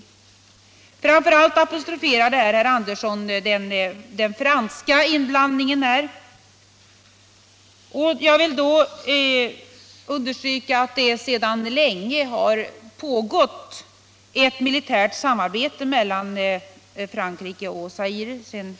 Herr Andersson apostroferade i det sammanhanget framför allt den franska inblandningen. Sedan 15 år tillbaka har pågått ett militärt samarbete mellan Frankrike och Zaire.